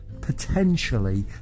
potentially